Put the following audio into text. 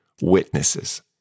witnesses